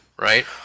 right